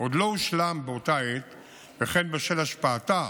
עוד לא הושלם באותה עת וכן בשל השפעתה